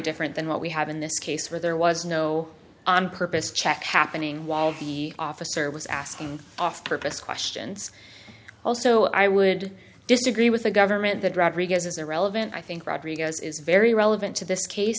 different than what we have in this case where there was no on purpose check happening while the officer was asking off purpose questions also i would disagree with the government the drawbridge is irrelevant i think rodriguez is very relevant to this case